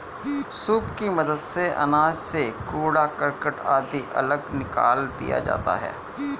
soup की मदद से अनाज से कूड़ा करकट आदि अलग निकाल दिया जाता है